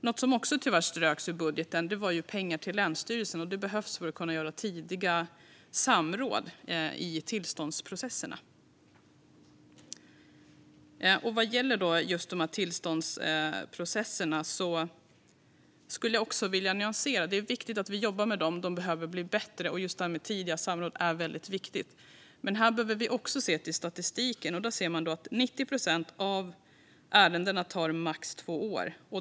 Något som också tyvärr ströks i budgeten var pengar till länsstyrelserna. Det behövs för att kunna ha tidiga samråd i tillståndsprocesserna. Vad gäller just tillståndsprocesserna vill jag nyansera detta lite grann. Det är viktigt att vi jobbar med dem, och de behöver bli bättre. Just detta med tidiga samråd är väldigt viktigt. Men här behöver vi också se till statistiken, och 90 procent av ärendena tar maximalt två år.